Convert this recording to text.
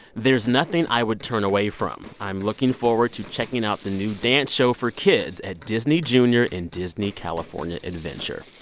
there's nothing i would turn away from. i'm looking forward to checking out the new dance show for kids at disney junior in disney california adventure.